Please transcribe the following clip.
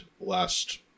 last